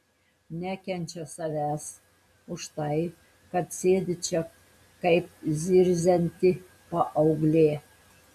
nekenčia savęs už tai kad sėdi čia kaip zirzianti paauglė